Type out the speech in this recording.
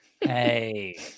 Hey